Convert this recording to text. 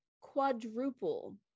quadruple